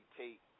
take